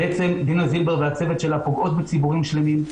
בעצם דינה זילבר והצוות שלה פוגעות בציבורים שלמים,